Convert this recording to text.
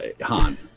han